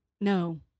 No